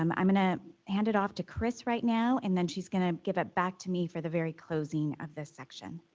um i'm gonna hand it off to kris right now and then she's gonna give it back to me for the very closing of this section.